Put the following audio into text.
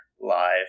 live